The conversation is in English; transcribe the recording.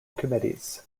committees